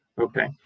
Okay